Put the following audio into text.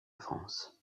france